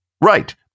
right